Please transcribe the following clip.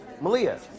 Malia